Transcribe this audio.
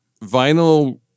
vinyl